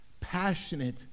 passionate